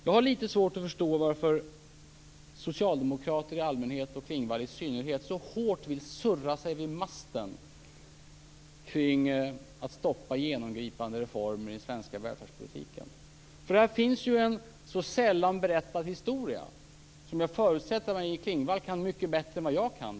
Jag har lite svårt att förstå varför socialdemokrater i allmänhet och Maj-Inger Klingvall i synnerhet så hårt vill surra sig vid masten när det gäller att stoppa genomgripande reformer i den svenska välfärdspolitiken. Det finns ju en så sällan berättad historia, som jag förutsätter att Maj-Inger Klingvall kan mycket bättre än vad jag kan.